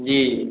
जी